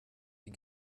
wie